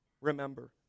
Remember